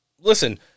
listen